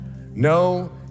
No